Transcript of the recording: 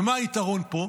ומה היתרון פה?